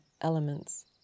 elements